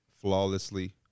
flawlessly